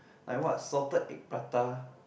like what salted egg prata